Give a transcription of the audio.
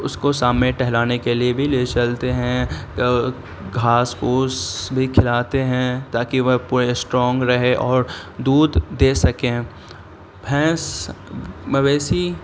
اس کو سام میں ٹہلانے کے لیے بھی لے چلتے ہیں گھاس پھوس بھی کھلاتے ہیں تاکہ وہ پورے اسٹرانگ رہے اور دودھ دے سکیں بھینس مویشی